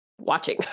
watching